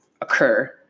occur